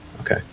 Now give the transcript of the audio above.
Okay